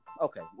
Okay